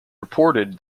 reported